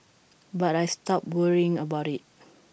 but I stopped worrying about IT